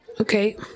Okay